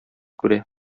күрә